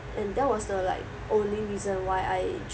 and that was the like only reason why I